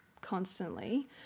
constantly